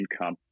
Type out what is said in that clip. income